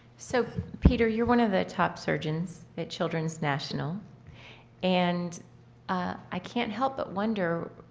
so peter, you're one of the top surgeons at children's national and i can't help but wonder,